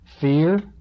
Fear